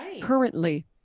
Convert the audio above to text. Currently